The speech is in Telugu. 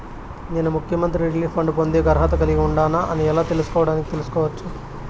నేను ముఖ్యమంత్రి రిలీఫ్ ఫండ్ పొందేకి అర్హత కలిగి ఉండానా అని ఎలా తెలుసుకోవడానికి తెలుసుకోవచ్చు